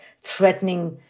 threatening